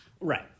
Right